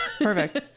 Perfect